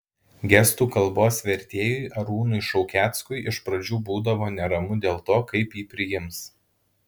gestų kalbos vertėjui arūnui šaukeckui iš pradžių būdavo neramu dėl to kaip jį priims